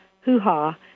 hoo-ha